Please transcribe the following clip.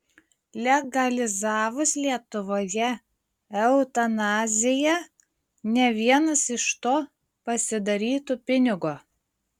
legalizavus lietuvoje eutanaziją ne vienas iš to pasidarytų pinigo